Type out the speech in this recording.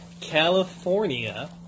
California